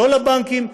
לא לבנקים,